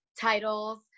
titles